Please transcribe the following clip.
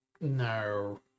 No